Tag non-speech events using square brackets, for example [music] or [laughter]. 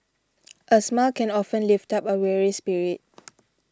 [noise] a smile can often lift up a weary spirit [noise]